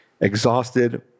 exhausted